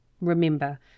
Remember